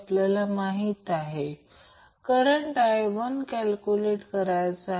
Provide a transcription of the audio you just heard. मला म्हणायचे आहे की हे XL ω 2 ते विस्तारित केले आहे